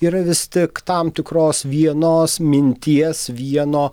yra vis tik tam tikros vienos minties vieno